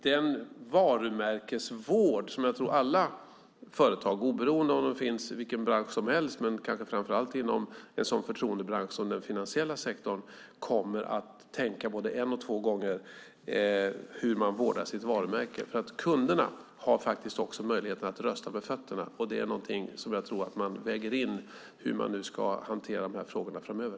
Den varumärkesvård som jag tror är angelägen för alla företag, oberoende av i vilken bransch de finns, men kanske framför allt i en sådan förtroendebransch som den finansiella sektorn, kommer att innebära att de tänker både en och två gånger på hur de vårdar sitt varumärke. Kunderna har faktiskt också möjlighet att rösta med fötterna, och det är någonting som jag tror att man väger in i hur man ska hantera de här frågorna framöver.